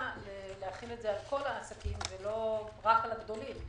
להחיל את זה על כל העסקים ולא רק על הגדולים.